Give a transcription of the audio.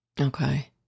Okay